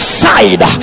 side